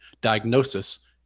diagnosis